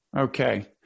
okay